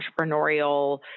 entrepreneurial